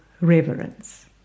reverence